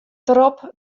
derop